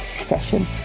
session